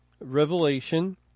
Revelation